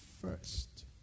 first